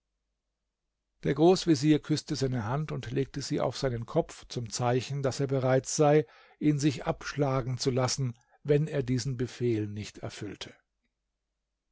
der großvezier küßte seine hand und legte sie auf seinen kopf zum zeichen daß er bereit sei ihn sich abschlagen zu lassen wenn er diesen befehl nicht erfüllte